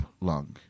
lung